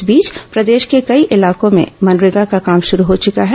इस बीच प्रदेश के कई इलाकों में मनरेगा का काम शरू हो चुका है